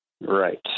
Right